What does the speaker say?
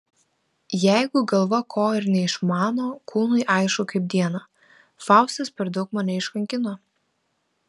jeigu galva ko ir neišmano kūnui aišku kaip dieną faustas per daug mane iškankino